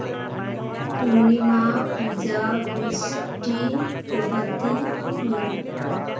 Purnima Puja Bisti Parbhati Mira